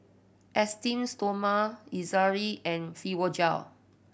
Esteem Stoma Ezerra and Fibogel